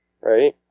Right